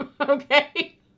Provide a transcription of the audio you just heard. okay